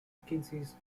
vacancies